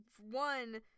one